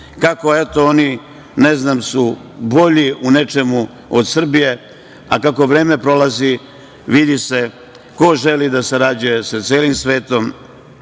kako, eto, oni su bolji u nečemu od Srbije, ali kako vreme prolazi, vidi se ko želi da sarađuje sa celim svetom